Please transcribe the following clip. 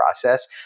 process